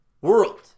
World